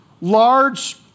large